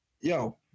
yo